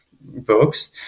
books